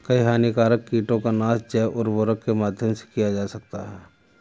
कई हानिकारक कीटों का नाश जैव उर्वरक के माध्यम से किया जा सकता है